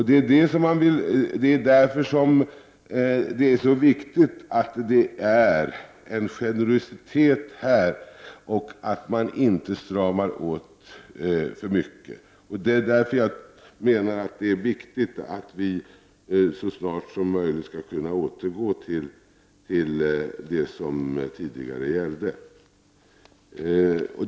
Det är därför som det är så viktigt att det finns en generositet här och att man inte stramar åt för mycket. Det är därför jag menar att det är viktigt att vi så snart som möjligt skall kunna återgå till det som tidigare gällde.